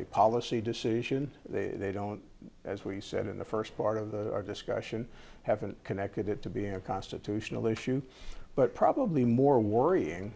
a policy decision they don't as we said in the first part of the discussion haven't connected it to being a constitutional issue but probably more worrying